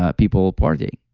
ah people party.